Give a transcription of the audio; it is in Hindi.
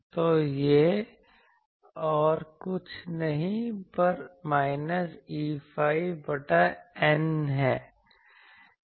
तो यह और कुछ नहीं पर माइनस Eϕ बटा η है